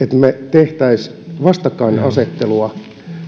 me tekisimme vastakkainasettelua